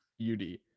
UD